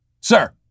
Sir